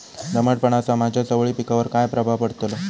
दमटपणाचा माझ्या चवळी पिकावर काय प्रभाव पडतलो?